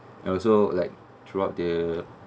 and also like throughout the